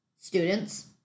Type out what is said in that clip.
students